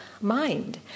mind